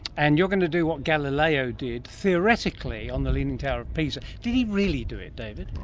and you're going to do what galileo did, theoretically, on the leaning tower of pisa. did he really do it, david?